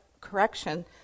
correction